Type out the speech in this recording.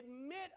admit